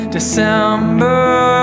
December